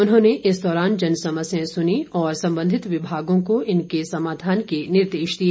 उन्होंने इस दौरान जनसमस्याएं सुनी और संबंधित विभागों को इनके समाधान के निर्देश दिए